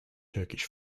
turkish